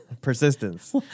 Persistence